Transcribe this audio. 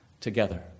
together